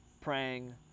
praying